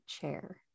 chair